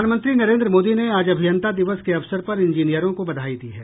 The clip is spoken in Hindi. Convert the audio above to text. प्रधानमंत्री नरेन्द्र मोदी ने आज अभियंता दिवस के अवसर पर इंजीनियरों को बधाई दी है